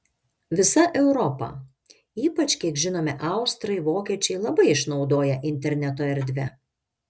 visa europa ypač kiek žinome austrai vokiečiai labai išnaudoja interneto erdvę